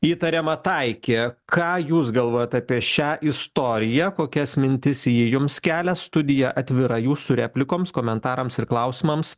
įtariama taikė ką jūs galvojat apie šią istoriją kokias mintis ji jums kelia studija atvira jūsų replikoms komentarams ir klausimams